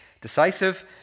Decisive